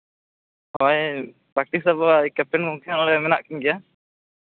ᱦᱳᱭ ᱯᱮᱠᱴᱤᱥ ᱟᱵᱚ ᱠᱮᱯᱴᱮᱱ ᱜᱚᱢᱠᱮ ᱱᱚᱰᱮ ᱢᱮᱱᱟᱜ ᱠᱤᱱ ᱜᱮᱭᱟ